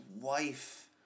wife